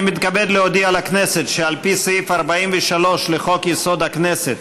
אני מתכבד להודיע לכנסת שעל פי סעיף 43 לחוק-יסוד: הכנסת,